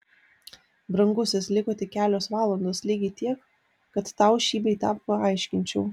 brangusis liko tik kelios valandos lygiai tiek kad tau šį bei tą paaiškinčiau